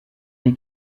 les